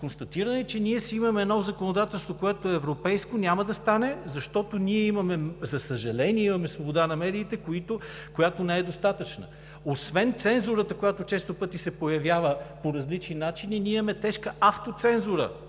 констатиране, че ние си имаме едно законодателство, което е европейско. Няма да стане, защото ние, за съжаление, имаме свобода на медиите, която не е достатъчна. Освен цензурата, която често пъти се появява по различни начини, ние имаме тежка автоцензура